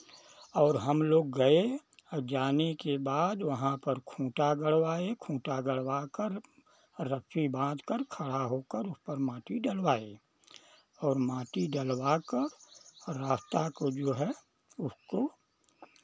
और हमलोग गए और जाने के बाद वहाँ पर खूँटा गड़वाएँ खूँटा गड़वा कर रस्सी बाँध कर खड़ा होकर उसपर माटी डलवाएँ और माटी डलवा कर रास्ता को जो है उसको